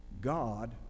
God